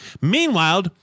Meanwhile